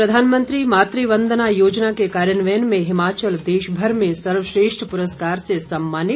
प्रधानमंत्री मातृ वंदना योजना के कार्यान्वयन में हिमाचल देशभर में सर्वश्रेष्ठ पुरस्कार से सम्मानित